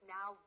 Now